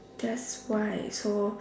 that's why so